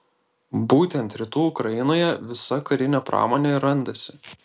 būtent rytų ukrainoje visa karinė pramonė ir randasi